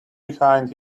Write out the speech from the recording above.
behind